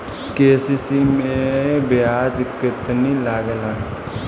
KCC मै ब्याज केतनि लागेला?